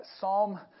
Psalm